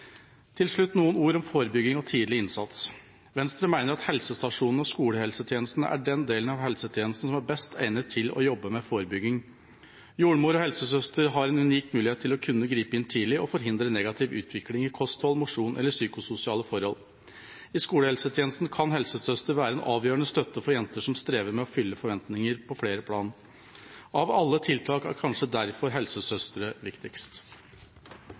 Til slutt noen ord om forebygging og tidlig innsats. Venstre mener at helsestasjonene og skolehelsetjenesten er den delen av helsetjenesten som er best egnet til å jobbe med forebygging. Jordmor og helsesøster har en unik mulighet til å kunne gripe inn tidlig og forhindre negativ utvikling i kosthold, mosjon eller psykososiale forhold. I skolehelsetjenesten kan helsesøster være en avgjørende støtte for jenter som strever med å fylle forventninger på flere plan. Av alle tiltak er kanskje derfor flere helsesøstre viktigst.